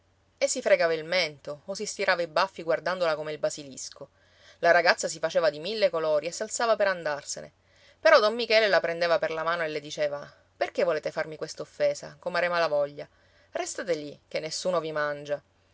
e si fregava il mento o si stirava i baffi guardandola come il basilisco la ragazza si faceva di mille colori e si alzava per andarsene però don michele la prendeva per la mano e le diceva perché volete farmi quest'offesa comare malavoglia restate lì che nessuno vi mangia